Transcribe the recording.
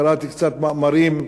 קראתי קצת מאמרים.